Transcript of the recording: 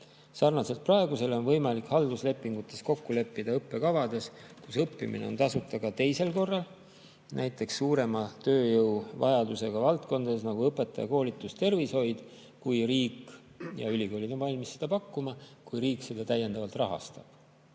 Sarnaselt praegusega on võimalik halduslepingutes kokku leppida õppekavades, mille puhul on õppimine tasuta ka teisel korral, näiteks sellistes suurema tööjõuvajadusega valdkondades nagu õpetajakoolitus ja tervishoid, juhul kui ülikoolid on valmis seda pakkuma ja kui riik seda täiendavalt rahastab.